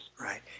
Right